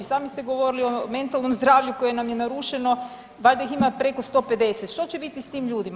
Sami ste govorili o mentalnom zdravlju koje nam je narušeno, valjda ih ima preko 150, što će biti s tim ljudima?